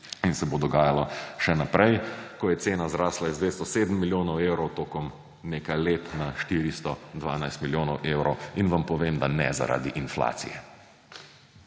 in se bo dogajalo še naprej, ko je cena zrasla z 207 milijonov evrov tokom nekaj let na 412 milijonov evrov, in vam povem, da ne zaradi inflacije.